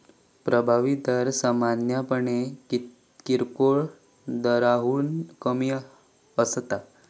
प्रभावी दर सामान्यपणे किरकोळ दराहून कमी असता